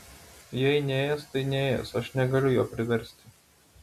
jei neės tai neės aš negaliu jo priversti